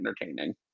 entertaining